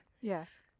Yes